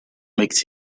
makes